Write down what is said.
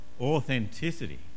Authenticity